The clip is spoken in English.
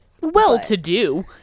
well-to-do